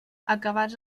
acabats